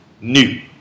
new